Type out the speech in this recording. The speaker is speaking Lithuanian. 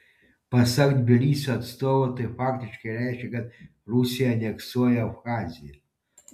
pasak tbilisio atstovų tai faktiškai reiškia kad rusija aneksuoja abchaziją